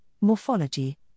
morphology